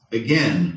again